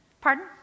Pardon